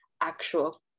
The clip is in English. actual